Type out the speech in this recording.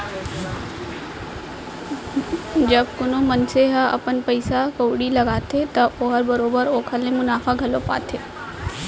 जब कोनो मनसे ह अपन पइसा कउड़ी लगाथे त ओहर बरोबर ओकर ले मुनाफा घलौ पाना चाहथे